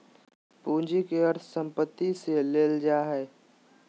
पूंजी के अर्थ संपत्ति से लेल जा हइ